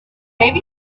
maybe